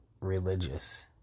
religious